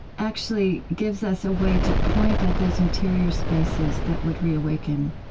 actually gives us a way to point at those interior spaces that would reawaken,